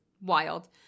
wild